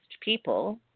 people